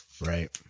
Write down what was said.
right